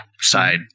side